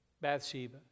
Bathsheba